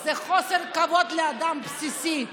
זה חוסר כבוד בסיסי לאדם.